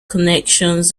connections